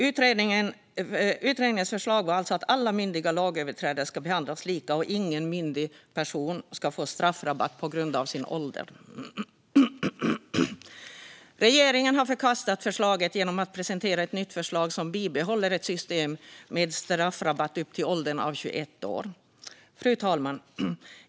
Utredningens förslag var alltså att alla myndiga lagöverträdare ska behandlas lika och att ingen myndig person ska få straffrabatt på grund av sin ålder. Regeringen har förkastat förslaget genom att presentera ett nytt förslag som bibehåller ett system med straffrabatt upp till 21 års ålder. Fru talman!